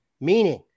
meaning